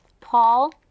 Paul